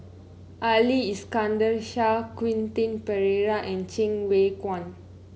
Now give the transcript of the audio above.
Ali Iskandar Shah Quentin Pereira and Cheng Wai Keung